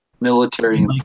Military